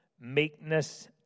meekness